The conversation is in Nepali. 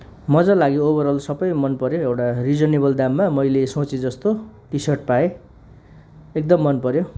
मज्जा लाग्यो ओभरअल सबै मन पऱ्यो एउटा रिजनेबल दाममा मैले सोचे जस्तो टी सर्ट पाएँ एकदम मन पऱ्यो